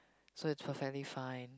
so it's perfectly fine